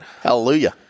Hallelujah